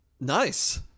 nice